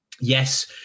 Yes